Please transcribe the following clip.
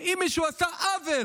שאם מישהו עשה עוול,